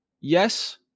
Yes